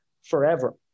forever